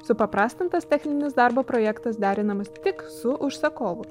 supaprastintas techninis darbo projektas derinamas tik su užsakovu